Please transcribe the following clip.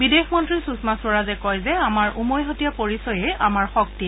বিদেশ মন্ত্ৰী সূষমা স্বৰাজে কয় যে আমাৰ উমৈহতীয়া পৰিচয়ে আমাৰ শক্তি